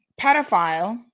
pedophile